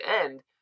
end